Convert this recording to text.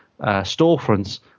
storefronts